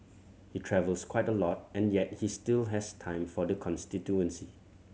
he travels quite a lot and yet he still has time for the constituency